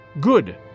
Good